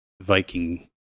Viking